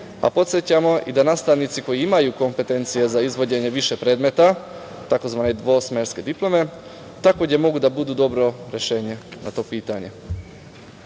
a podsećamo i da nastavnici koji imaju kompetencije za izvođenje više predmeta, tzv. dvosmerske diplome, takođe mogu da budu dobro rešenje za to